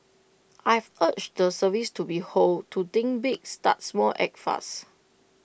I've urged the service to be hold to think big start small act fast